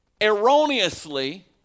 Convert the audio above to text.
erroneously